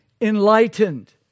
enlightened